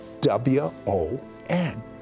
W-O-N